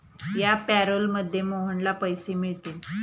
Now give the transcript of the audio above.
या पॅरोलमध्ये मोहनला पैसे मिळतील